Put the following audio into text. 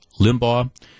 Limbaugh